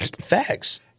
Facts